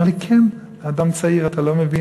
אומר לי: כן, אדם צעיר, אתה לא מבין,